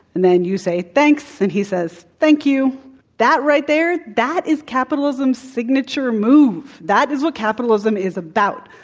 and then you say, thanks, and he says, thank you that right there, that is capitalism's signature move. that is what capitalism is about.